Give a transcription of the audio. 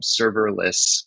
serverless